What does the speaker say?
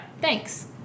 Thanks